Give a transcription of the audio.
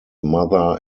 mother